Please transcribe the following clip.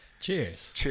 Cheers